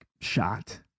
shot